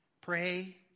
Pray